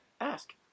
ask